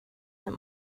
that